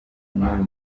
n’uyu